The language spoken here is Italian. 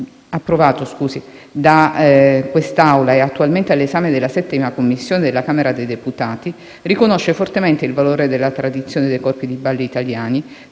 approvato da quest'Assemblea e attualmente all'esame della VII Commissione della Camera dei deputati, riconosce fortemente il valore della tradizione dei corpi di ballo italiani,